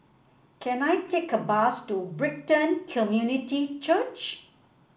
can I take a bus to Brighton Community Church